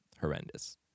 horrendous